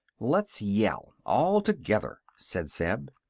let's yell all together, said zeb.